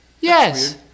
Yes